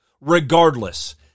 Regardless